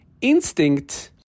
instinct